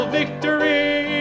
victory